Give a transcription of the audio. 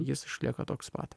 jis išlieka toks pat